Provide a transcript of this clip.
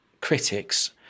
critics